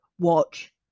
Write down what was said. watch